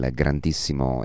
grandissimo